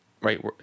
right